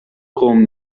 قوم